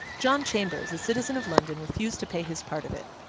john chambers, a citizen of london, refused to pay his part of it.